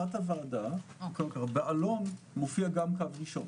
תת-הוועדה, בעלון מופיע גם קו ראשון.